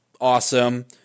Awesome